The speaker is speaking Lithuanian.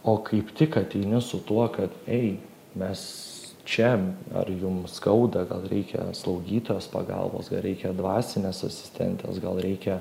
o kaip tik ateini su tuo kad ei mes čia ar jum skauda gal reikia slaugytojos pagalbos ga reikia dvasinės asistentės gal reikia